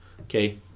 Okay